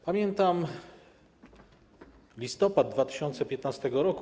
Pamiętam listopad 2015 r.